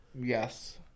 Yes